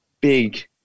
big